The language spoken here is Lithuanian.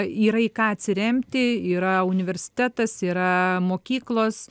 yra į ką atsiremti yra universitetas yra mokyklos